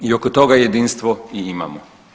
I oko toga jedinstvo i imamo.